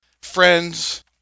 Friends